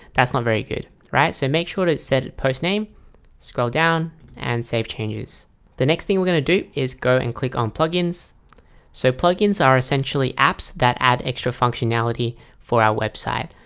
that's not very good, right? so make sure that it's set at post name scroll down and save changes the next thing we're going to do is go and click on plugins so plugins are essentially apps that add extra functionality for our website.